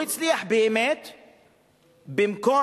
הוא הצליח באמת במקום,